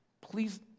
please